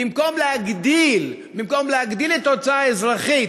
במקום להגדיל, במקום להגדיל את ההוצאה האזרחית,